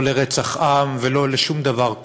לא לרצח עם ולא לשום דבר.